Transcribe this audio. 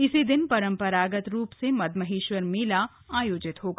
इसी दिन परंपरागत रूप से मद्महेश्वर मेला आयोजित होगा